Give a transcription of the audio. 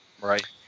right